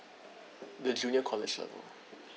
the junior college level